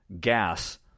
gas